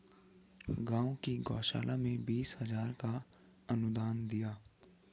गांव की गौशाला में बीस हजार का अनुदान दिया